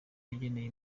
yageneye